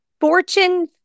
Fortune